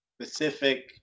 specific